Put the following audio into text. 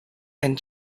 and